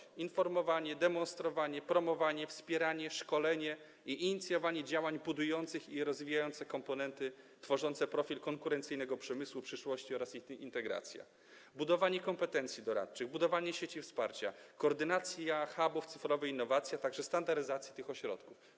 Będą to: informowanie, demonstrowanie, promowanie, wspieranie, szkolenie i inicjowanie działań budujących i rozwijających komponenty tworzące profil konkurencyjnego przemysłu przyszłości oraz ich integracja, budowanie kompetencji doradczych, budowanie sieci wsparcia, koordynacja hubów cyfrowej innowacji, a także standaryzacja tych ośrodków.